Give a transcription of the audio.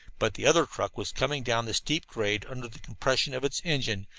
but the other truck was coming down the steep grade under the compression of its engine,